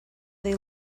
they